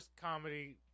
comedy